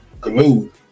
glue